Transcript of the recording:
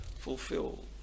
fulfilled